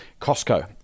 Costco